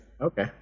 Okay